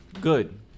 good